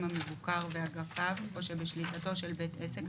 המבוקר ואגפיו או שבשליטתו של בית עסק,